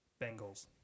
Bengals